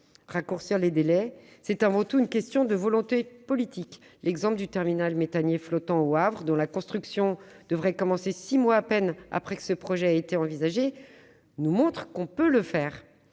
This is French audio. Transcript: raccourcir les délais. C'est avant tout une question de volonté politique. L'exemple du terminal méthanier flottant au Havre, dont la construction devrait commencer six mois à peine après que ce projet a été envisagé, montre que nous pouvons le faire